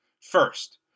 First